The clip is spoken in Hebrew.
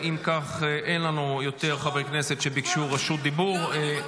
אין יותר חברי כנסת שביקשו רשות דיבור --- שרון --- לא,